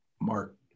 Mark